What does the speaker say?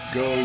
go